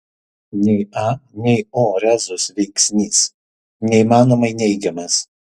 nei a nei o rezus veiksnys neįmanomai neigiamas